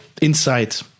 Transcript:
insight